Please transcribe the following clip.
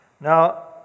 Now